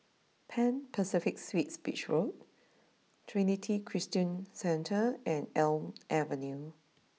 Pan Pacific Suites Beach Road Trinity Christian Centre and Elm Avenue